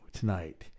tonight